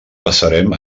passarem